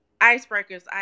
icebreakers